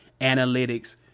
analytics